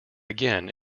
again